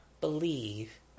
believe